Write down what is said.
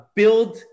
build